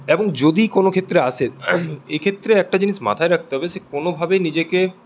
এবং যদি কোনও ক্ষেত্রে আসে এক্ষেত্রে একটা জিনিস মাথায় রাখতে হবে যে কোনও ভাবেই নিজেকে